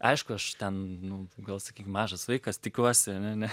aišku aš ten nu gal sakyt mažas vaikas tikiuosi ne